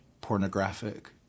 pornographic